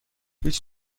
هیچ